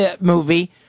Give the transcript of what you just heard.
movie